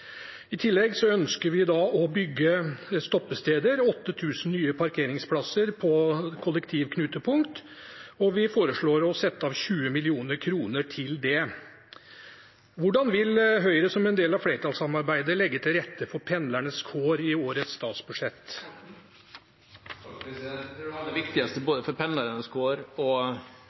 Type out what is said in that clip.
I tillegg ønsker vi å bygge stoppesteder: 8 000 nye parkeringsplasser på kollektivknutepunkt. Vi foreslår å sette av 20 mill. kr til det. Hvordan vil Høyre, som en del av flertallssamarbeidet, legge til rette for pendlernes kår i årets statsbudsjett? Jeg tror at det aller viktigste, både for pendlernes kår og